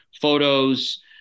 photos